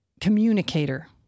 communicator